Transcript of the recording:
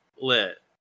lit